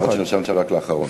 למרות שנרשמת רק לאחרון.